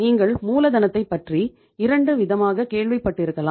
நீங்கள் மூலதனத்தைப் பற்றி 2 விதமாக கேள்விப்பட்டிருக்கலாம்